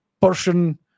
Persian